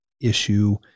issue